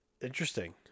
Interesting